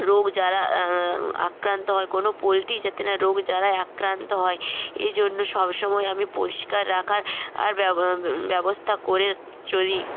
রোগ জ্বালা আক্রান্ত হয় কোনো পোলট্রি যাতে না রোগ জ্বালায় আক্রান্ত হয় এই জন্য সবসময় আমি পরিষ্কার রাখার ব্যবস্থা করে চলি